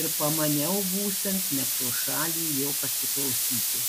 ir pamaniau būsiant ne pro šalį jo pasiklausyti